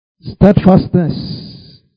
Steadfastness